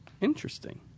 Interesting